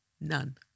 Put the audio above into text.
None